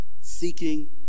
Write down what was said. seeking